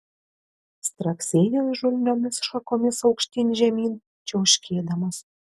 straksėjo įžulniomis šakomis aukštyn žemyn čiauškėdamas